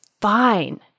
fine